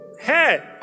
Hey